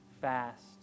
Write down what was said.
fast